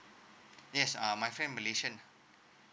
yes uh my friend malaysian